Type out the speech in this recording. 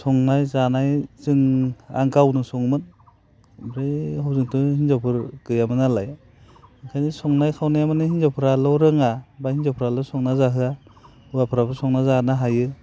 संनाय जानाय जों आं गावनो सङोमोन ओमफ्राय हजोंथ' हिनजावफोर गैयामोन नालाय ओंखायनो संनाय खावनाया माने हिनजावफ्राल' रोङा बा हिनजावफ्राल' संना जाहोआ होवाफ्राबो संना जानो हायो